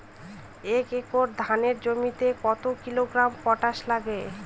এক একর ধানের জমিতে কত কিলোগ্রাম পটাশ লাগে?